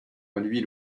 l’huile